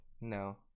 No